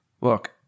Look